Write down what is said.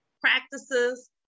practices